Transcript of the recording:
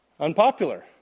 unpopular